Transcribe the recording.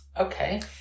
okay